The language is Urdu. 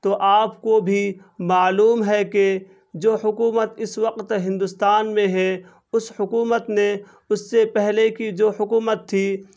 تو آپ کو بھی معلوم ہے کہ جو حکومت اس وقت ہندوستان میں ہے اس حکومت نے اس سے پہلے کی جو حکومت تھی